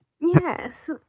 Yes